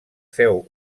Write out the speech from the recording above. féu